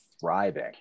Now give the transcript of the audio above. thriving